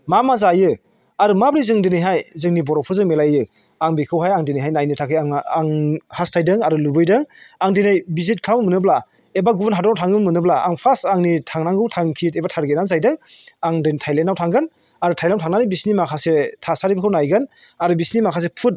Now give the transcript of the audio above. मा मा जायो आरो माबोरै जों दिनैहाय जोंनि बर'फोरजों मिलायो आं बेखौहाय आं दिनैहाय नायनो थाखाय आं हासथायदों आरो लुबैदों आं दिनै भिजित खालामनो मोनोब्ला एबा गुबुन हादराव थांनो मोनोब्ला आं फार्स्ट आंनि थांनांगौ थांखि एबा थारगेटआनो जाहैदों आं दिनै थायलेन्डआव थांगोन आरो थायलेन्डआव थांनानै बिसोरनि माखासे थासारिफोरखौ नायगोन आरो बिसोरनि माखासे फुड